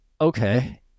Okay